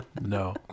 No